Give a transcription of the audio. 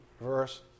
verse